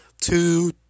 two